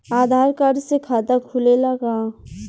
आधार card से खाता खुले ला का?